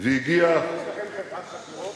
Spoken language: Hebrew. אתם שכרתם בלשים?